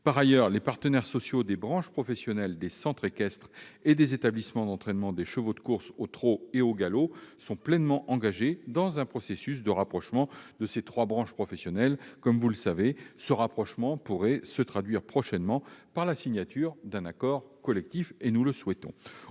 Par ailleurs, les partenaires sociaux des branches professionnelles des centres équestres et des établissements d'entraînement de chevaux de courses au trot et au galop sont pleinement engagés dans un processus de rapprochement de ces trois branches professionnelles. Comme vous le savez, ce rapprochement pourrait se traduire prochainement par la signature d'un accord collectif, ce que nous souhaitons.